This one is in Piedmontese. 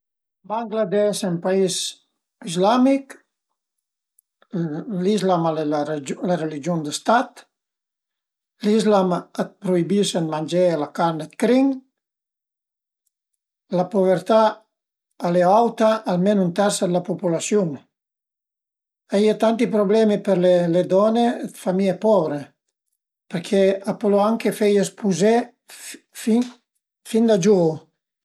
Alura s'ël paviment no perché se no dopu a m'va 'na grü për tireme sü, sël sofà menu che menu a volte perché a sun trop morbid, prufundu e a m'ven mal dë schin-a, al e mei sü üna cadrega ën po rigida perché parei staghe ën 'na puzisiun pi cureta